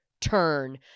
turn